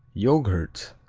yoghurt,